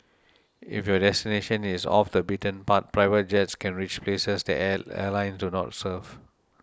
if your destination is off the beaten path private jets can reach places that air airlines do not serve